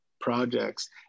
projects